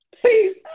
please